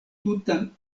tutan